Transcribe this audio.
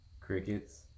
Crickets